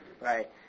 right